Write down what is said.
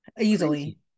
Easily